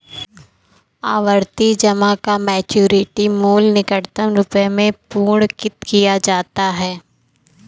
आवर्ती जमा का मैच्योरिटी मूल्य निकटतम रुपये में पूर्णांकित किया जाता है